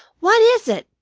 what is it?